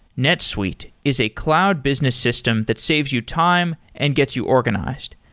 netsuite is a cloud business system that saves you time and gets you organized.